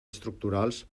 estructurals